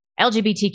LGBTQ